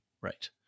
right